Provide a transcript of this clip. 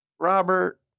Robert